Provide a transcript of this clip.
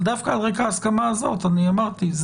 אבל דווקא על רקע ההסכמה הזאת מבחינתנו